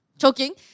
choking